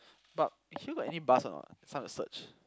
but here got any bus or not it's time to search